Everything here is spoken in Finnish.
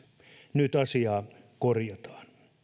nyt asiaa korjataan